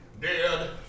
Dead